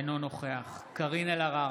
אינו נוכח קארין אלהרר,